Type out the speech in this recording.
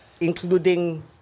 Including